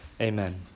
Amen